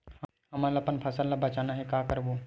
हमन ला अपन फसल ला बचाना हे का करबो?